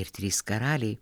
ir trys karaliai